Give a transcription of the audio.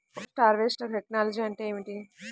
Post harvest technology అంటే ఏమిటి?